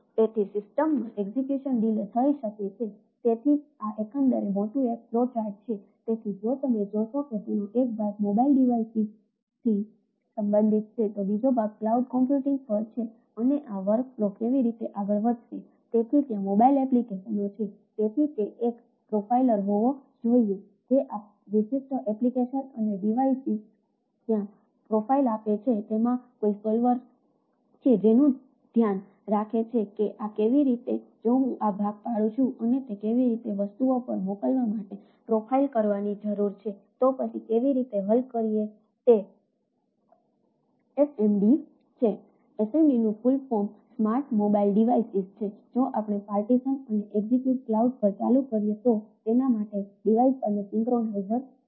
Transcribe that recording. તેથી સિસ્ટમમાં એક્ઝેક્યુશન પર ચાલુ કરીએ તો તેના માટે ડિવાઇસ અને સિંક્રોનાઇઝર છે